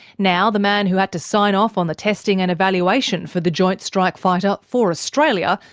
now the man who had to sign off on the testing and evaluation for the joint strike fighter for australia,